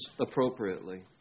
appropriately